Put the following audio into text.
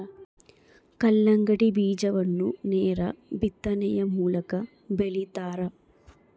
ಕಲ್ಲಂಗಡಿ ಬೀಜವನ್ನು ನೇರ ಬಿತ್ತನೆಯ ಮೂಲಕ ಬೆಳಿತಾರ